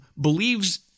believes